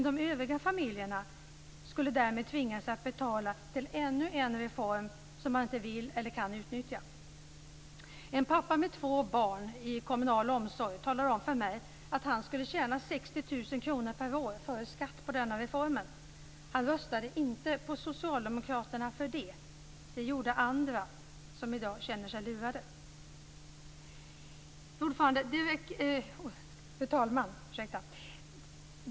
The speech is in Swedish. De övriga familjerna skulle därmed tvingas att betala till ännu en reform som de inte vill eller kan utnyttja. En pappa med två barn i kommunal omsorg talade om för mig att han skulle tjäna 60 000 kr per år före skatt på denna reform. Han röstade inte på Socialdemokraterna för det. Det gjorde andra som i dag känner sig lurade. Fru talman!